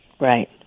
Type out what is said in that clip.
Right